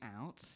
out